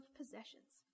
possessions